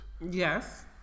Yes